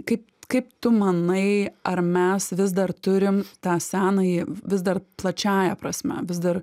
kaip kaip tu manai ar mes vis dar turim tą senąjį vis dar plačiąja prasme vis dar